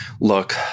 look